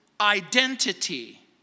identity